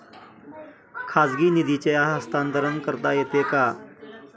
खाजगी निधीचे हस्तांतरण करता येते का?